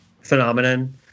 phenomenon